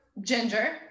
ginger